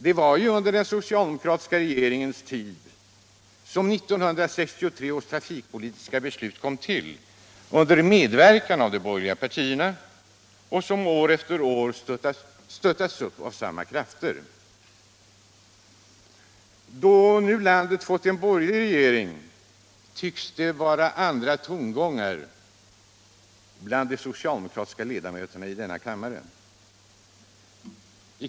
Det var ju under den socialdemokratiska regeringens tid som 1963 års trafikpolitiska beslut kom till under medverkan av de borgerliga partierna — och följderna av beslutet har år efter år stöttats upp av samma krafter. Då nu landet fått en borgerlig regering tycks det vara andra tongångar bland de socialdemokratiska ledamöterna i denna kammare.